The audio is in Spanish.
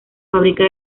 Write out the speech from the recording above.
fábrica